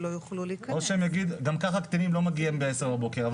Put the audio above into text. גם ככה קטינים לא מגיעים ב-10:00 בבוקר.